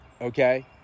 Okay